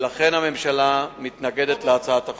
ולכן הממשלה מתנגדת להצעת החוק.